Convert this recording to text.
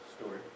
Story